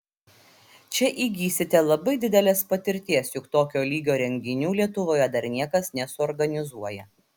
čia įgysite labai didelės patirties juk tokio lygio renginių lietuvoje dar niekas nesuorganizuoja